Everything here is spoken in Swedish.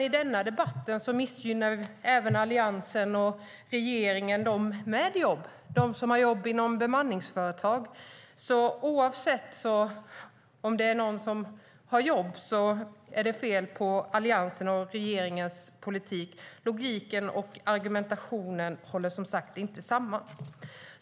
I denna debatt hävdar Jonas Sjöstedt att Alliansen och regeringen missgynnar också dem med jobb - de som har jobb inom bemanningsföretag. Oavsett om det gäller dem som har jobb eller inte är det fel på Alliansens och regeringens politik. Argumentationen håller inte samman.